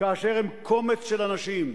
כאשר הם קומץ של אנשים.